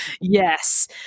yes